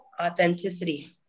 authenticity